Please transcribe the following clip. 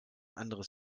anderes